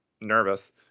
nervous